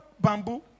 bamboo